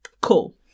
Cool